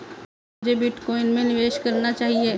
क्या मुझे बिटकॉइन में निवेश करना चाहिए?